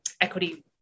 equity